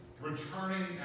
Returning